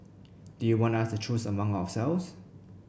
do you want us to choose among ourselves